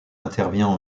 intervient